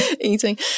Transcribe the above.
eating